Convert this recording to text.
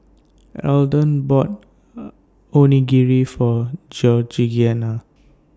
Alden bought Onigiri For Georgianna